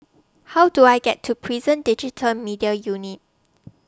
How Do I get to Prison Digital Media Unit